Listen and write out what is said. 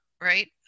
right